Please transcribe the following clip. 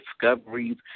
discoveries